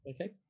Okay